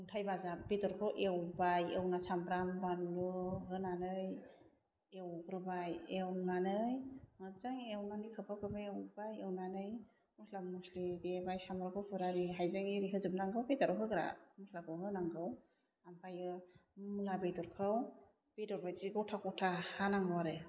अन्थाइ बाजाब बेदरखौ एवबाय एवनानै सामब्राम बानलु होन्नानै एवग्रोबाय एवनानै मोजाङै एवनानै खोबहाब खोबहाब एवबाय एवनानै मस्ला मस्लि देबाय सामब्राम गुफुर आरि हायजें एरि होजोब नांगौ बेदराव होग्रा मस्लाखौ होनांगौ ओमफ्राइयो मुला बेदरखौ बेदर बायदि गथा गथा हानांगौ आरो